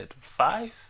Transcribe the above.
five